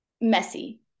messy